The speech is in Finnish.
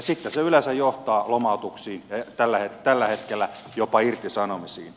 sitten se yleensä johtaa lomautuksiin ja tällä hetkellä jopa irtisanomisiin